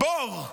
בור.